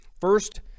First